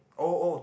oh oh to